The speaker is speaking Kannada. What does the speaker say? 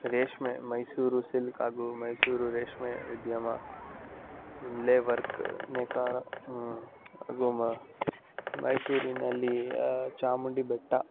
ರೇಷ್ಮೆ ಮೈಸೂರು ಸಿಲ್ಕ್ ಹಾಗೂ ಮೈಸೂರು ರೇಷ್ಮೆ ಉದ್ಯಮ ಲೆ ವರ್ಕ್ ನೇಕಾರ ಹಾಗೂ ಮ ಮೈಸೂರಿನಲ್ಲಿ ಚಾಮುಂಡಿ ಬೆಟ್ಟ